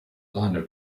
liner